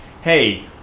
hey